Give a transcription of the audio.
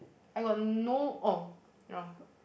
I got no oh you know